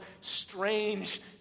strange